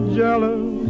jealous